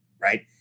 Right